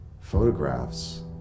photographs